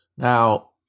Now